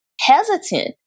hesitant